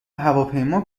هواپیما